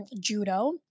judo